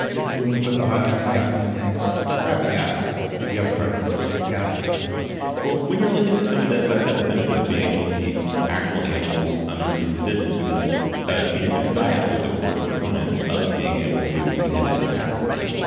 and it's when you put the high octane gas in the tank versus the crappy gas if you have a car that still takes gas, anyway well, when you're looking at some of this, i've had the benefit of being able to actual animals under these conditions. because a ketogenic diet was a core component of being able to inhibit metastasis.